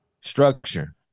Structure